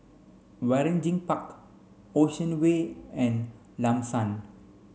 Waringin Park Ocean Way and Lam San